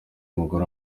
mugore